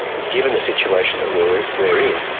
given the situation that we're we're in,